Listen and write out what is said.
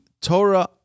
Torah